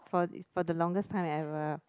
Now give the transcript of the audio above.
for this for the longest time ever